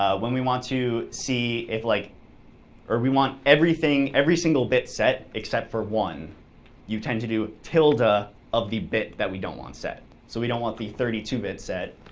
ah when we want to see if like or we want everything, every single bit set except for one you tend to do ah of the bit that we don't want set. so we don't want the thirty two bit set,